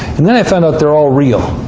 and then i found out they were all real.